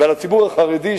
ועל הציבור החרדי,